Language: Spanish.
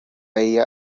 ella